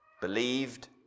believed